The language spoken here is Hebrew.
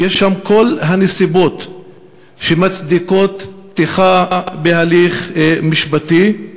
יש שם את כל הנסיבות שמצדיקות פתיחת הליך משפטי.